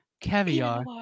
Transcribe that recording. Caviar